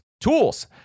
tools